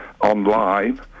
online